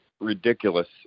ridiculous